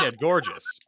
gorgeous